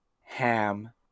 ham